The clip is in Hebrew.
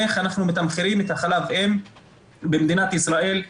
איך אנחנו מתמחרים חלב אם במדינת ישראל,